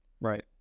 right